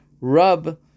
rub